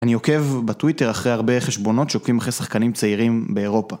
אני עוקב בטוויטר אחרי הרבה חשבונות שעוקבים אחרי שחקנים צעירים באירופה.